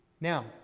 Now